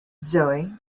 zoe